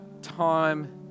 time